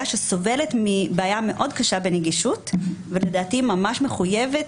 שסובלת מבעיה מאוד קשה בנגישות ולדעתי היא ממש מחויבת